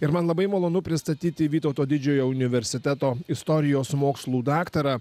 ir man labai malonu pristatyti vytauto didžiojo universiteto istorijos mokslų daktarą